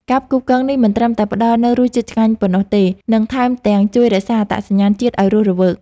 ការផ្គូផ្គងនេះមិនត្រឹមតែផ្តល់នូវរសជាតិឆ្ងាញ់ប៉ុណ្ណោះទេនិងថែមទាំងជួយរក្សាអត្តសញ្ញាណជាតិឱ្យរស់រវើក។